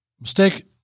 mistake